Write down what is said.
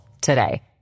today